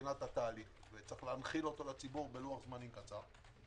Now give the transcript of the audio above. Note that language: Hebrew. מבחינת התהליך ויש להנחילו לציבור בלוח זמנים קצר,